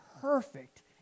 perfect